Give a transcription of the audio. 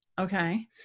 Okay